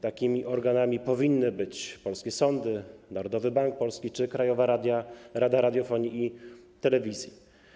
Takimi organami powinny być polskie sądy, Narodowy Bank Polski czy Krajowa Rada Radiofonii i Telewizji.